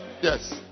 Yes